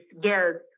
girls